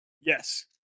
Yes